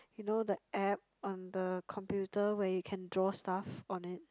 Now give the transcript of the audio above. you know the app on the computer where you can draw stuff on it